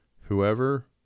whoever